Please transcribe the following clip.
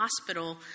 hospital